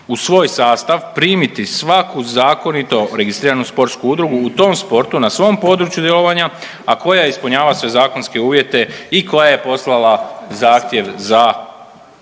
u svoj sastav primiti svaku zakonito registriranu sportsku udrugu u tom sportu na svom području djelovanja, a koja ispunjava sve zakonske uvjete i koja je poslala zahtjev za